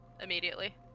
immediately